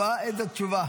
או-אה, איזו תשובה.